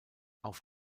auf